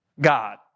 God